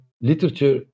literature